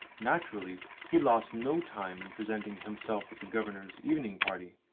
naturally he lost no time in presenting himself at the governor's evening party.